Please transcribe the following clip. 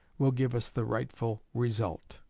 will give us the rightful result.